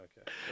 okay